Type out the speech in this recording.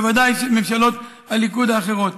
בוודאי שממשלות הליכוד האחרונות,